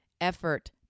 effort